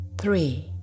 three